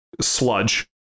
sludge